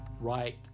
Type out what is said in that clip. right